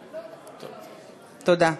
תודה.